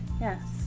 Yes